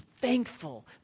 thankful